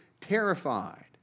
terrified